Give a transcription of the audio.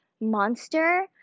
monster